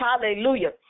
Hallelujah